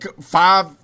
five